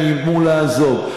הם איימו לעזוב.